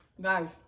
guys